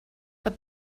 but